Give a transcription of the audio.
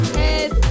head